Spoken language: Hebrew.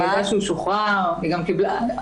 עוד פעם,